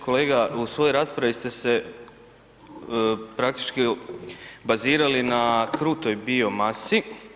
Kolega u svojoj raspravi ste se praktički bazirali na krutoj biomasi.